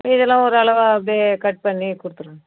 இதெல்லாம் ஒரு அளவாக அப்படியே கட் பண்ணிக் கொடுத்துருங்க